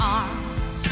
arms